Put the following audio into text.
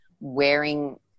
wearing